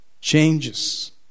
changes